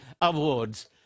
Awards